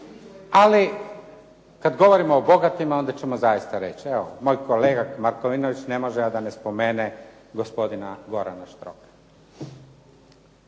ali kad govorimo o bogatima, onda ćemo zaista reći. Evo moj kolega Markovinović ne može a da ne spomene gospodina Gorana Štroka.